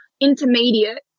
intermediate